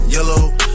Yellow